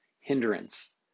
hindrance